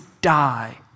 die